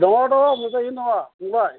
दङ दङ मोजाङैनो दङ फंबाय